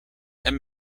and